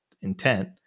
intent